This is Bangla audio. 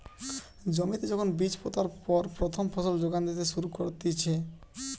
জমিতে যখন বীজ পোতার পর প্রথম ফসল যোগান দিতে শুরু করতিছে